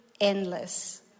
Endless